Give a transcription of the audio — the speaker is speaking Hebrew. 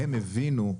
הם הבינו,